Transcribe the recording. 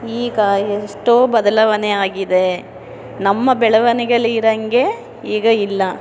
ಈಗ ಎಷ್ಟೋ ಬದಲಾವಣೆ ಆಗಿದೆ ನಮ್ಮ ಬೆಳವಣಿಗೇಲಿ ಇರೋಂಗೆ ಈಗ ಇಲ್ಲ